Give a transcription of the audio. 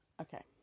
Okay